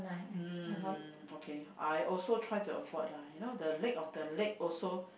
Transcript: um okay I also try to avoid lah you know the leg of the leg also